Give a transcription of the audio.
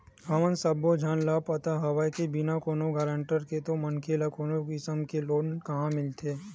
हमन सब्बो झन ल पता हवय के बिना कोनो गारंटर के तो मनखे ल कोनो किसम के लोन काँहा मिलथे